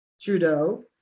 Trudeau